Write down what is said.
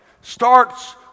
starts